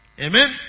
Amen